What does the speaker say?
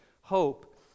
hope